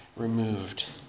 removed